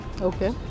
Okay